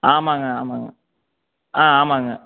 ஆமாம்ங்க ஆமாம்ங்க ஆ ஆமாம்ங்க